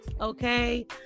okay